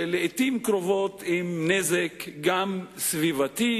אבל לעתים קרובות עם נזק סביבתי,